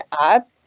up